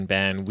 Ben